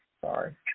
sorry